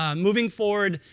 um moving forward,